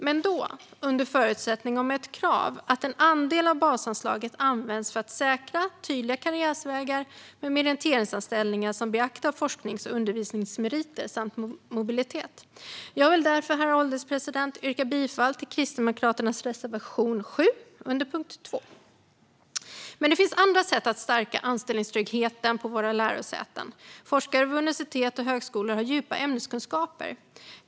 Men det är under förutsättning att det är ett krav att en andel av basanslaget används för att säkra tydliga karriärvägar med meriteringsanställningar som beaktar forsknings och undervisningsmeriter samt mobilitet. Jag vill därför, herr ålderspresident, yrka bifall till Kristdemokraternas reservation 7 under punkt 2. Men det finns andra sätt att stärka anställningstryggheten på våra lärosäten. Forskare vid universitet och högskolor har djupa ämneskunskaper.